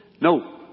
No